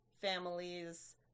families